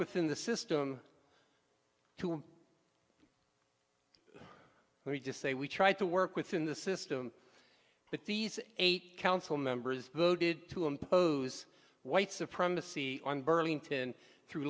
within the system to where you just say we tried to work within the system but these eight council members voted to impose white supremacy on burlington through